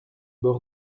bord